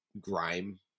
grime